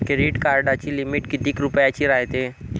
Credit कार्डाची limit कितीक रुपयाची रायते?